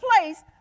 place